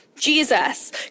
Jesus